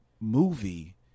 movie